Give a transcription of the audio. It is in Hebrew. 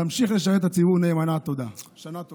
ואנחנו נמשיך לשרת את הציבור נאמנה.